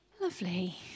Lovely